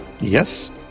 Yes